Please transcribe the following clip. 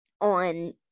on